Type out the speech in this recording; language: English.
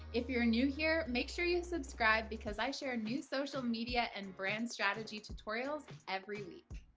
if you're new here make sure you subscribe because i share new social media and brand strategy tutorials every week.